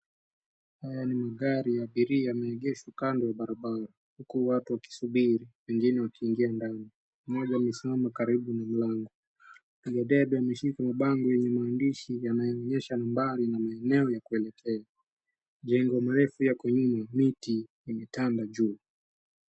Haya ni magari ya abiria yameegeshwa kando ya barabara huku watu wakisubiri wengine wakiingia ndani. Mmoja amesimama karibu na mlango. Mwenye debe ameshika mabango yenye maandishi yanayoonyesha umbali na maeneo ya kuelekea. Majengo marefu yako nyuma. Miti imetanda juu.